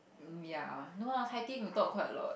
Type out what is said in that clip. ah ya no ah hiking we talk quite a lot